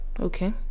Okay